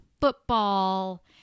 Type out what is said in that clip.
football